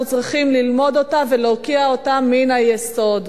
צריכים ללמוד אותה ולהוקיע אותה מן היסוד.